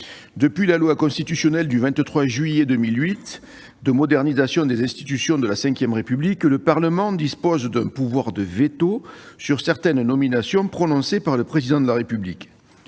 Depuis la loi constitutionnelle du 23 juillet 2008 de modernisation des institutions de la V République, le Parlement dispose d'un pouvoir de veto sur certaines nominations effectuées par le Président de la République